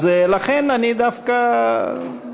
אז לכן אני דווקא,